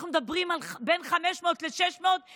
אנחנו מדברים על בין 500 ל-600 שמדֻווחים.